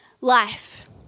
life